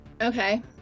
Okay